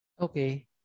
Okay